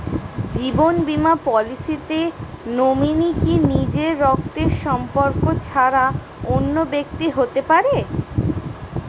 জীবন বীমা পলিসিতে নমিনি কি নিজের রক্তের সম্পর্ক ছাড়া অন্য ব্যক্তি হতে পারে?